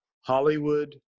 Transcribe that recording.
Hollywood